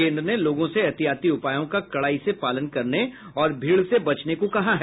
केन्द्र ने लोगों से एहतियाती उपायों का कड़ाई से पालन करने और भीड़ से बचने को कहा है